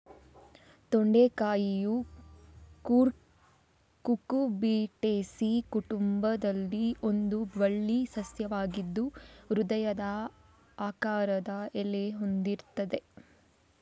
ತೊಂಡೆಕಾಯಿಯು Cucurbitaceae ಕುಟುಂಬದಲ್ಲಿ ಒಂದು ಬಳ್ಳಿ ಸಸ್ಯವಾಗಿದ್ದು ಹೃದಯದ ಆಕಾರದ ಎಲೆ ಹೊಂದಿರ್ತದೆ